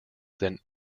than